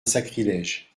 sacrilège